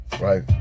Right